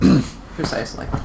Precisely